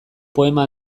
poema